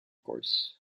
course